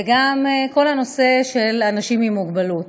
וגם כל הנושא של אנשים עם מוגבלות.